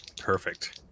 Perfect